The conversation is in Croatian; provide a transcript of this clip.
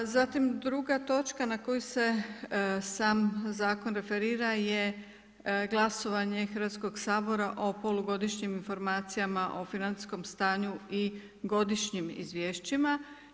Zatim druga točka na koju se sam zakon referira je glasovanje Hrvatskog sabora o polugodišnjim informacijama o financijskom stanju i godišnjim izvješćima.